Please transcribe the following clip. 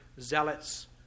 zealots